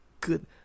good